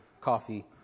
coffee